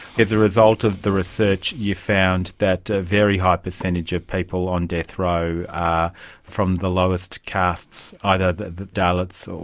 as a result of the research you found that a very high percentage of people on death row are from the lowest castes, either the the dalits, so